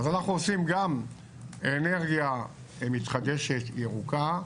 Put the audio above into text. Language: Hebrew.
אנחנו עושים גם אנרגיה מתחדשת ירוקה,